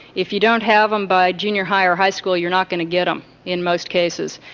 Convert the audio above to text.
if you don't have them by junior high or high school you're not going to get them in most cases.